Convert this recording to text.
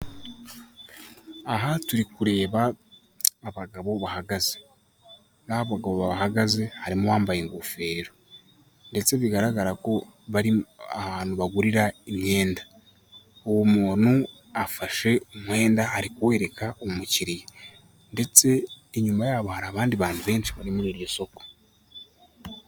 Aha turi kureba abagabo bahagaze, muri abo bagabo bahagaze harimo uwambaye ingofero, ndetse bigaragara ko bari ahantu bagurira imyenda, uwo muntu afashe umwenda ari kuwereka umukiriya, ndetse inyuma yabo hari abandi bantu benshi bari muri iryo soko.